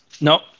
No